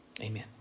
Amen